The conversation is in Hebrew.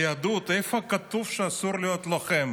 איפה כתוב ביהדות שאסור להיות לוחם?